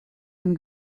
and